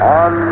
on